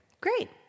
Great